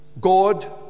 God